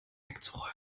wegzuräumen